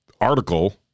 article